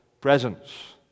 presence